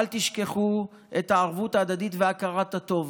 אל תשכחו את הערבות ההדדית והכרת הטוב.